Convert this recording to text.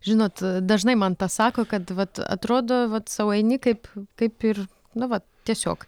žinot dažnai man pasako kad vat atrodo vat sau eini kaip kaip ir nu vat tiesiog